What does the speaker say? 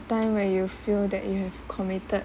time when you feel that you have committed